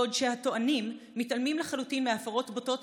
בעוד הטוענים מתעלמים לחלוטין מהפרות בוטות